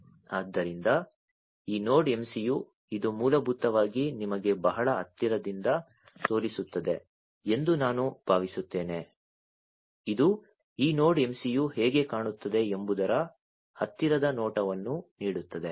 ಆದ್ದರಿಂದ ಈ node MCU ಇದು ಮೂಲಭೂತವಾಗಿ ನಿಮಗೆ ಬಹಳ ಹತ್ತಿರದಿಂದ ತೋರಿಸುತ್ತದೆ ಎಂದು ನಾನು ಭಾವಿಸುತ್ತೇನೆ ಇದು ಈ ನೋಡ್ MCU ಹೇಗೆ ಕಾಣುತ್ತದೆ ಎಂಬುದರ ಹತ್ತಿರದ ನೋಟವನ್ನು ನೀಡುತ್ತದೆ